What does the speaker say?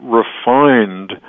refined